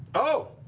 oh!